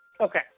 Okay